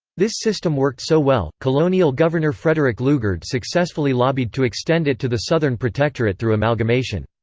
this system worked so well, colonial governor frederick lugard successfully lobbied to extend it to the southern protectorate through amalgamation.